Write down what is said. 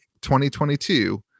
2022